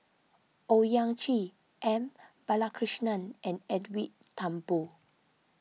Owyang Chi M Balakrishnan and Edwin Thumboo